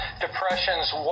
depressions